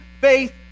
faith